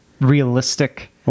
realistic